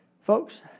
folks